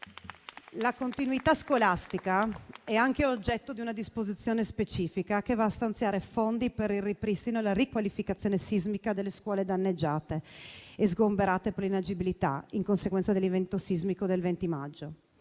La continuità scolastica è anche oggetto di una disposizione specifica che va a stanziare fondi per il ripristino e la riqualificazione sismica delle scuole danneggiate e sgomberate per inagibilità in conseguenza dell'evento sismico del 20 maggio.